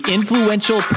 Influential